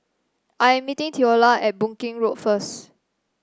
I am meeting Theola at Boon Keng Road first